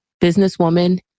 businesswoman